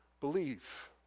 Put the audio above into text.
believe